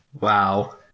Wow